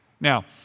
Now